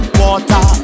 water